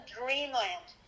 dreamland